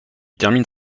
termine